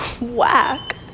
Whack